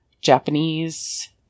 Japanese